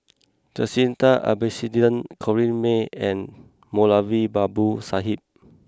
Jacintha Abisheganaden Corrinne May and Moulavi Babu Sahib